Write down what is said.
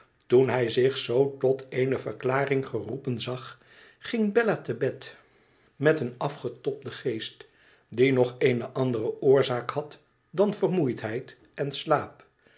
toen hij zich zoo tot eene verklaring geroepen zag ging bella te bed met een afgetobden geest die nog eene andere oorzaak had dan vermoeidheid en slaap